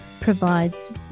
provides